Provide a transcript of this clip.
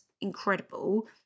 incredible